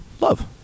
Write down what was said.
Love